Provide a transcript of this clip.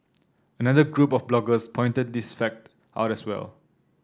another group of bloggers pointed this fact out as well